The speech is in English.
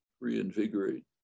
reinvigorate